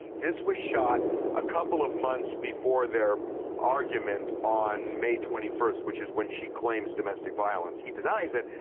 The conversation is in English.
this was shot a couple of months before their argument on may twenty first, which is when she claims domestic violence. he denies it.